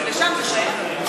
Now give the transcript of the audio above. לשם זה שייך,